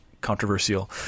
controversial